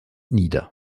nieder